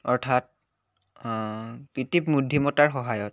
অৰ্থাৎ কৃত্ৰিম বুদ্ধিমত্ত্বাৰ সহায়ত